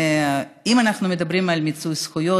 אם אנחנו מדברים על מיצוי זכויות,